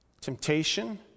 Temptation